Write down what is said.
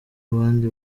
abandi